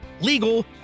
legal